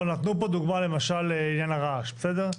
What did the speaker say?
לא, נתנו פה דוגמה למשל לעניין הרעש, בסדר?